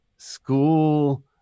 School